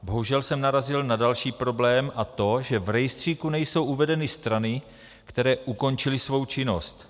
Bohužel jsem narazil na další problém, a to že v rejstříku nejsou uvedeny strany, které ukončily svou činnost.